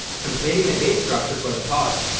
completing the base structure for the pod.